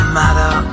matter